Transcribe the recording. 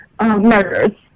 murders